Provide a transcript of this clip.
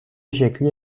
شکلی